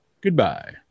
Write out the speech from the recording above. Goodbye